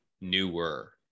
newer